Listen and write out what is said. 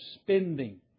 spending